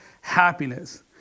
happiness